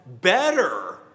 better